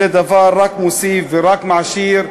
זה דבר שרק מוסיף ורק מעשיר,